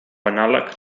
anàleg